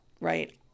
right